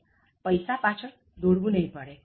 તમારે પૈસા પાછળ દોડવું નહીં પડે